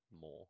more